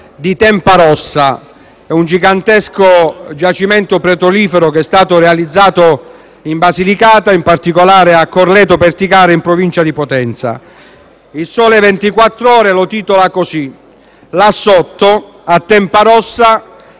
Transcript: di Tempa Rossa, un gigantesco giacimento petrolifero che è stato realizzato in Basilicata, in particolare a Corleto Perticara in provincia di Potenza. Il «Sole 24 Ore» ne parla così: «Là sotto, nel